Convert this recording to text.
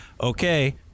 okay